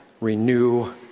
renew